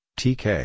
tk